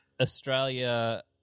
Australia